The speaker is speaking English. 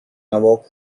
awoke